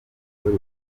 polly